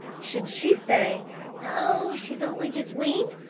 should she say oh, she's only just weaned,